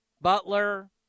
Butler